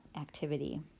activity